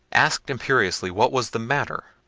asked imperiously what was the matter?